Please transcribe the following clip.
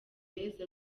yesu